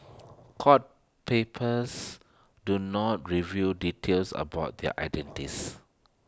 court papers do not reveal details about their